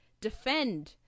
defend